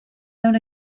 own